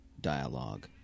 dialogue